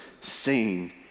sing